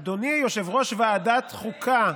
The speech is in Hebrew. אדוני, יושב-ראש ועדת החוקה.